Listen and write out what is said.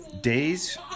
days